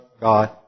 God